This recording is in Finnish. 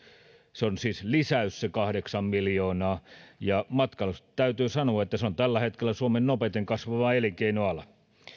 se on siis lisäys se kahdeksan miljoonaa ja matkailusta täytyy sanoa että se on tällä hetkellä suomen nopeimmin kasvava elinkeinoala